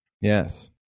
yes